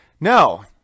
No